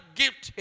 gift